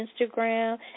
Instagram